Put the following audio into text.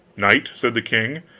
knight! said the king.